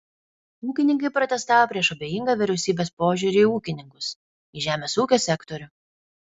ūkininkai protestavo prieš abejingą vyriausybės požiūrį į ūkininkus į žemės ūkio sektorių